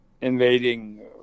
Invading